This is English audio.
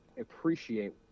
appreciate